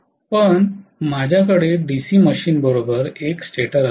पण माझ्याकडे डीसी मशीनबरोबर एक स्टेटर असेल